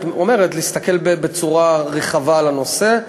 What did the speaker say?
את אומרת: להסתכל בצורה רחבה על הנושא,